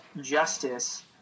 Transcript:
justice